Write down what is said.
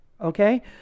okay